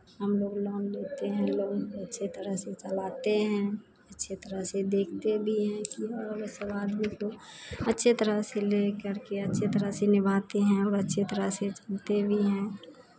हम लोग लोन लेते हैं लोन अच्छे तरह से चलाते हैं अच्छे तरह से देखते भी हैं कि सब आदमी को अच्छे तरह से ले करके अच्छे तरह से निभाते हैं अच्छे तरह से चलते भी हैं